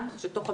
אתה יודע מה?